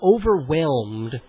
overwhelmed